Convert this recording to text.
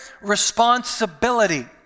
responsibility